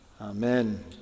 Amen